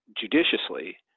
judiciously